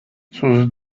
sus